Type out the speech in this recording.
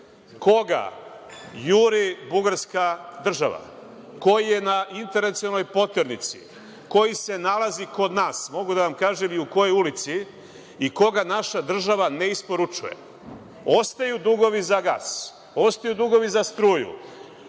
koga juri bugarska država, koji je na internacionalnoj poternici, koji se nalazi kod nas, mogu da vam kažem i u kojoj ulici, i koga naša država ne isporučuje. Ostaju dugovi za gas, ostaju dugovi za struju,